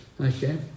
okay